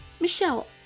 Michelle